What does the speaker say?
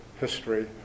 history